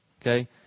Okay